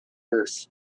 earth